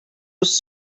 was